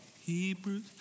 Hebrews